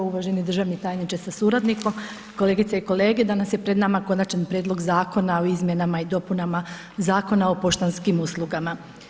Uvaženi državni tajniče sa suradnikom, kolegice i kolege, danas je pred nama Konačan prijedlog Zakona o izmjenama i dopunama Zakona o poštanskim uslugama.